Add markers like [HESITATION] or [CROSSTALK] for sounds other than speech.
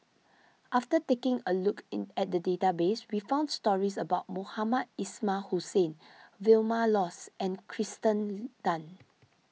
after taking a look in at the database we found stories about Mohamed Ismail Hussain Vilma Laus and Kirsten [HESITATION] Tan